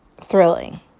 thrilling